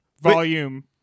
Volume